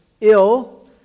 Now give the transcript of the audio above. ill